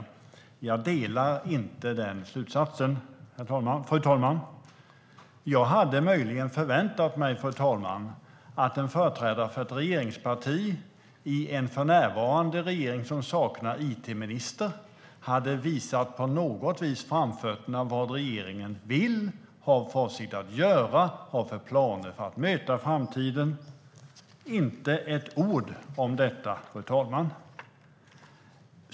Jag delar inte den slutsatsen. Jag hade möjligen förväntat mig, fru talman, att en företrädare för ett regeringsparti i en regering som för närvarande saknar it-minister på något sätt hade visat framfötterna när det gäller vad regeringen vill, har för avsikt att göra och har för planer för att möta framtiden. Inte ett ord om detta.